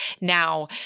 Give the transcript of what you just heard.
Now